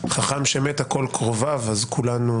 "חכם שמת הכול קרוביו", אז כולנו